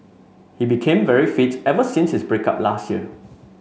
he became very fit ever since his break up last year